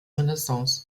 renaissance